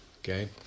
okay